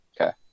Okay